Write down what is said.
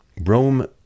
Rome